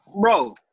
Bro